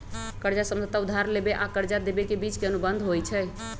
कर्जा समझौता उधार लेबेय आऽ कर्जा देबे के बीच के अनुबंध होइ छइ